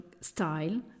style